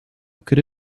could